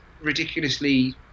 ridiculously